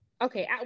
okay